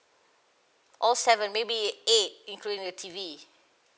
all seven maybe eight including the T_V